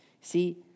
See